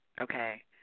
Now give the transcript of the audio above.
okay